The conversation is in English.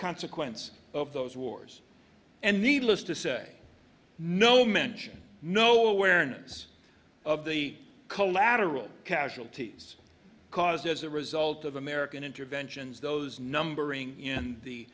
consequence of those wars and needless to say no mention nowhere near us of the collateral casualties caused as a result of american interventions those numbering in the